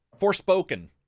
Forspoken